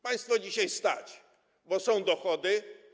Państwo dzisiaj stać, bo są dochody.